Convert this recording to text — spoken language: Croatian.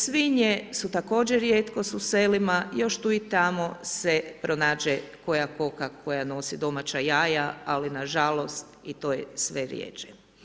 Svinje su također rijetkost u selima, još tu i tamo se pronađe koja koka koja nosi domaća jaja ali nažalost i to je sve rjeđe.